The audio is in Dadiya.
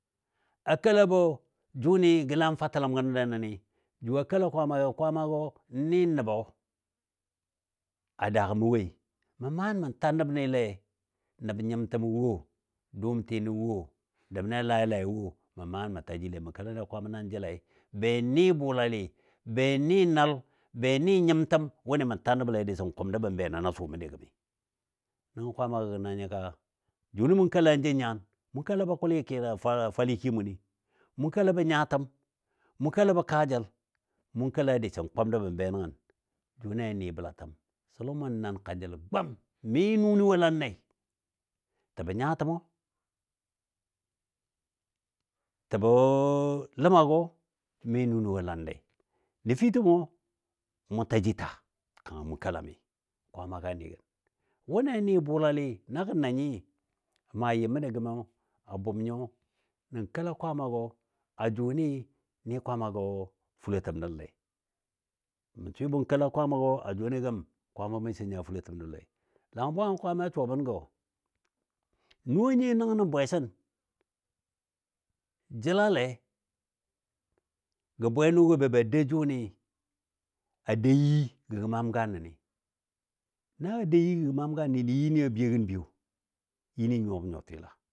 A kelabɔ jʊni gə laam fatəlam gənɔle nəni. Jʊ a kela Kwaamayo, Kwaammagɔ, n nɨ nəbɔ a daa mə woi mən maa nyin mə ta nəbnilei? Nəb nyimtəmɔ wo, dʊʊmtinɔ wo, nəbni a laai laai wo, mə maa nyin mə tajilei. Mə kelanlei Kwaamma nan jəlai be ni bʊalale, be ni nəl, be ni nyimtəm wʊni mə ta nəbɔle disɔ n kʊm nəbɔ be nən a sʊ məndi gəmitəm, nəngɔ Kwaammagɔ, gənanyo ka jʊni mʊ kelai jə nyan, mʊ kelabɔ kʊli kila fwali kii muni, mu kelabɔ nyatəm, mu kelabɔ kaljəl, mu kela disən kʊ nəbɔ be nən. Jʊni a ni bəlatəm Solomon n nən kanjəlo gwam, mi nʊni wo lanlei. tabɔ nyatəmɔ, tabɔ ləmagɔ, mi nʊni wo lanlei. Nəfitəmɔ mʊ taji ta kanga mʊn kelami Kwaamaga ni gən. Wʊni a ni bulali na gənanyi, mə a yɨ məndi gəmi na bʊm nyo nan kela Kwaamagɔ a jʊni ni Kwaamagɔ fulotəm nəllei. Mə swɨbɔ n kela Kwaamagɔ a jʊni gəm Kwaama mi nya fulotəm nəlle. Langən bwangən Kwaamai a suwa bən gɔ nuwoni nəngnə bwesən jəlale gɔ bwenʊgɔ be ba dou jʊni a dou yii gəgə maam gan nəni. Na dou yii gəgɔ maam gan nəni yii ni biyo gən biyo, yii ni nyuwa. gə nyuwa twila.